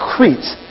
Crete